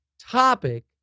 topic